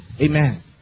Amen